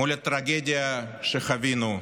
מול הטרגדיה שחווינו,